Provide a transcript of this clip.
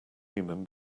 human